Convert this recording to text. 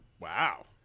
Wow